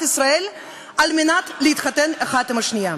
ישראל על מנת להתחתן האחד עם השנייה.